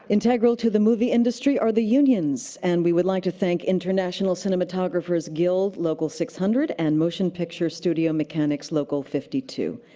integral to the movie industry are the unions, and we would like to thank international cinematographers guild local six hundred and motion picture studio mechanics local fifty two.